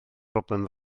broblem